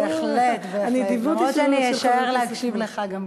בהחלט, למרות שאני אשאר גם להקשיב לך.